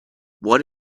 what